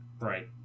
Right